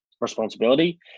responsibility